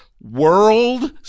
World